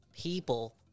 people